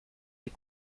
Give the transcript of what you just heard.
des